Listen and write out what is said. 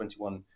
21